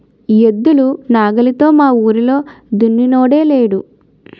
ఎద్దులు నాగలితో మావూరిలో దున్నినోడే లేడు